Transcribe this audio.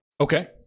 Okay